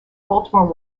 baltimore